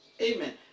Amen